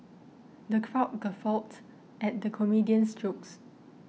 the crowd guffawed at the comedian's jokes